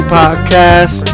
podcast